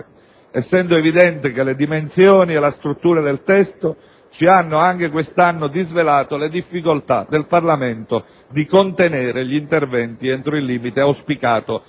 essendo evidente che le dimensioni e la struttura del testo ci hanno anche quest'anno disvelato le difficoltà del Parlamento di contenere gli interventi entro il limite auspicato,